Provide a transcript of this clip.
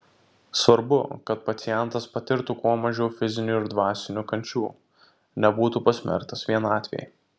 svarbu kad pacientas patirtų kuo mažiau fizinių ir dvasinių kančių nebūtų pasmerktas vienatvei